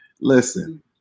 listen